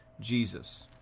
Jesus